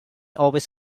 always